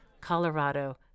Colorado